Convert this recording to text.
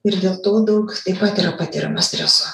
ir dėl to daug taip pat yra patiriama streso